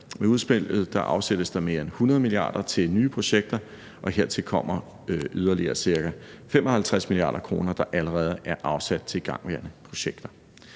Med udspillet afsættes der mere end 100 mia. kr. til nye projekter, og hertil kommer yderligere ca. 55 mia. kr., der allerede er afsat til igangværende projekter.